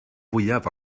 fwyaf